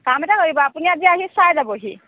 কাম এটা কৰিব আপুনি আজি আহি চাই যাবহি